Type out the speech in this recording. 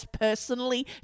personally